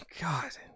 God